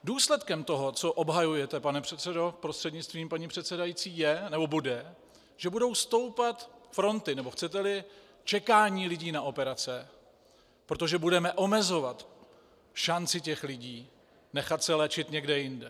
Důsledkem toho, co obhajujete, pane předsedo prostřednictvím paní předsedající, bude, že budou stoupat fronty nebo, chceteli, čekání lidí na operace, protože budeme omezovat šanci lidí nechat se léčit někde jinde.